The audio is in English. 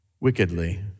wickedly